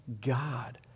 God